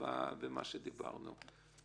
על מה שדיברנו.